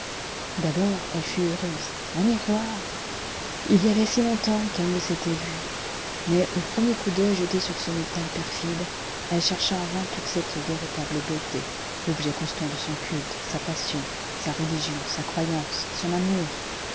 d'abord elle fut heureuse un miroir il y avait si longtemps qu'elle ne s'était vue mais au premier coup d'oeil jeté sur ce métal perfide elle chercha en vain toute cette véritable beauté l'objet constant de son culte sa passion sa religion sa croyance son amour